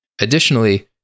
Additionally